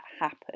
happen